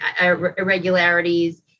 irregularities